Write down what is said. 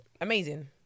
amazing